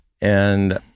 And-